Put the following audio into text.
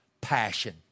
Passion